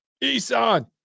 Isan